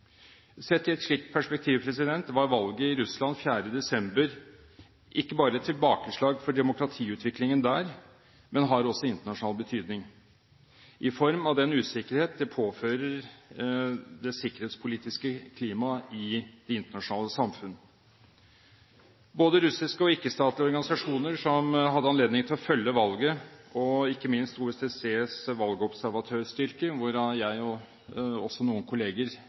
Sett i et slikt perspektiv var valget i Russland 4. desember ikke bare et tilbakeslag for demokratiutviklingen der, men har også internasjonal betydning i form av den usikkerhet det påfører det sikkerhetspolitiske klimaet i det internasjonale samfunnet. Både russiske og ikke-statlige organisasjoner som hadde anledning til å følge valget, og ikke minst OECDs valgobservatørstyrke, der jeg og noen kolleger